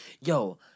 yo